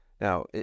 Now